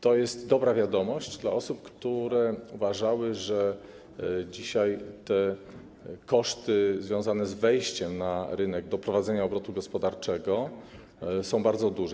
To jest dobra wiadomość dla osób, które uważały, że dzisiaj koszty związane z wejściem na rynek, prowadzeniem obrotu gospodarczego są bardzo duże.